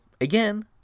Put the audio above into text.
again